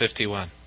51